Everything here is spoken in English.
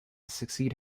succeed